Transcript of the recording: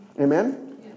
Amen